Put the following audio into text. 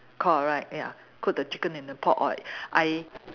correct ya cook the chicken in the pot or I